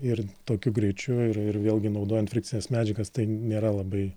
ir tokiu greičiu ir ir vėlgi naudojant frikcines medžiagas tai nėra labai